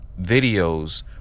videos